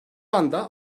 anda